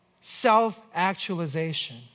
self-actualization